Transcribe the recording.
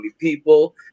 people